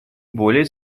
более